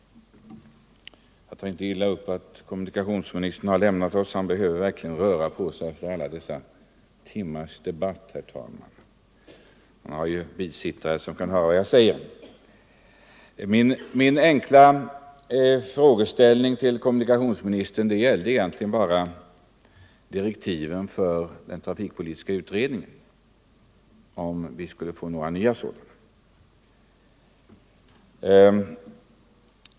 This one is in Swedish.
Jag tar inte illa upp att kommunikationsministern har lämnat oss —— Ang. nedläggningen han behöver verkligen röra på sig efter alla dessa timmars debatt, och — av olönsam han har ju bisittare som kan följa vad jag säger. järnvägstrafik, Min fråga till kommunikationsministern gällde egentligen bara om vi = m.m. skulle få några nya direktiv i den trafikpolitiska utredningen.